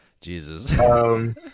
Jesus